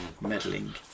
meddling